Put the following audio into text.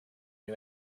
new